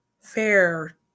fair